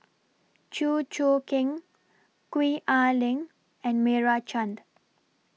Chew Choo Keng Gwee Ah Leng and Meira Chand